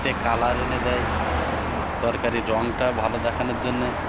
তে কালার এনে দেয় তরকারির রঙটা ভালো দেখানোর জন্যে